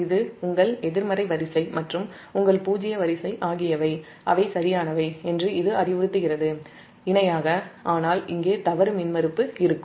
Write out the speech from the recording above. இது உங்கள் எதிர்மறை வரிசை மற்றும் உங்கள் பூஜ்ஜிய வரிசை இணையாக சரியானவை என்று இது அறிவுறுத்துகிறது ஆனால் இங்கே தவறு மின்மறுப்பு இருக்கும்